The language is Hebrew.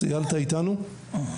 אני רק